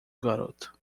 garoto